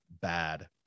bad